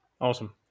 Awesome